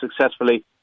successfully